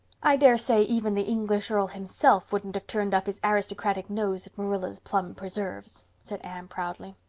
i daresay even the english earl himself wouldn't have turned up his aristocratic nose at marilla's plum preserves, said anne proudly.